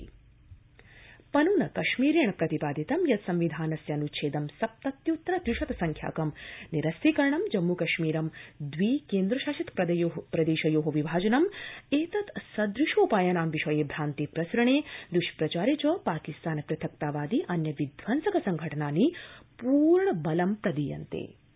जम्मू कश्मीर पनुन पन्न कश्मीरेण प्रतिपादितं यत् संविधानस्य अनुच्छेदं सप्तत्युत्तर त्रिशत संख्याकं निरस्तीकरणं जम्मूकश्मीरं द्वि केन्द्रशासित प्रदेशयो विभाजनं एतत् सदृशोपायानां विषये भान्ति प्रसृणे द्वष्प्रचारे च पाकिस्तान पृथक्तावादी अन्य विध्वंसक संघटनानि पूर्ण बलं प्रदीयन्ते